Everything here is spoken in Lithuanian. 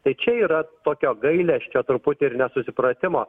tai čia yra tokio gailesčio truputį ir nesusipratimo